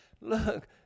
look